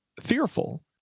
fearful